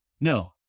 no